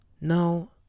no